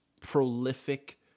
prolific